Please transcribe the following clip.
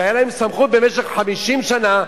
שהיתה להם סמכות במשך 50 שנה,